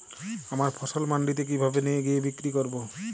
আমার ফসল মান্ডিতে কিভাবে নিয়ে গিয়ে বিক্রি করব?